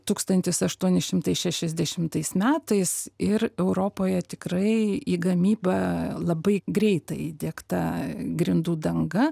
tūkstantis aštuoni šimtai šešiasdešimtais metais ir europoje tikrai į gamybą labai greitai įdiegta grindų danga